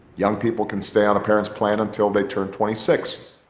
young people can stay on a parent's plan until they turn twenty six.